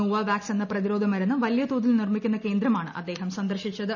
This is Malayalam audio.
നോവാവാക്സ് എന്ന പ്രതിരോധ മരുന്ന് വലിയ തോതിൽ നിർമിക്കുന്ന കേന്ദ്രമാണ് അദ്ദേഹം സന്ദർശിച്ചത്